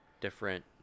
different